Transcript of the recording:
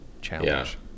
challenge